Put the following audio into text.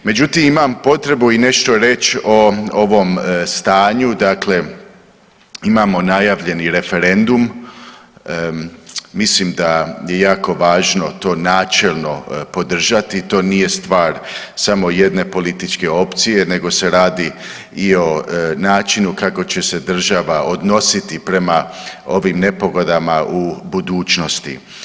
Međutim, imam potrebu i nešto reći o ovom stanu, dakle, imamo najavljeni referendum, mislim da je jako važno to načelno podržati, to nije stvar samo jedne političke opcije, nego se radi i o načinu kako će se država odnositi prema ovim nepogodama u budućnosti.